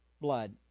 blood